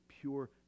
pure